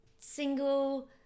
single